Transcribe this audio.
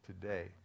today